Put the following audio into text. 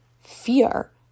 fear